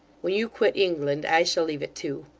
when you quit england i shall leave it too.